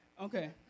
Okay